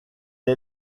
est